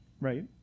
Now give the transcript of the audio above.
Right